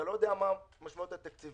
אתה לא יודע מה המשמעויות התקציביות.